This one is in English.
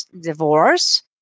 divorce